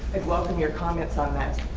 i'd welcome your comments on that.